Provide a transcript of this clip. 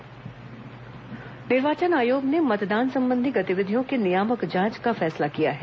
निर्वाचन आयोग नियामक जांच निर्वाचन आयोग ने मतदान संबंधी गतिविधियों की नियामक जांच का फैसला किया है